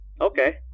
okay